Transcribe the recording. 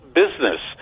business